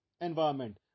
environment